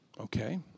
Okay